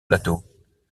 plateaux